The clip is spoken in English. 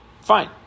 fine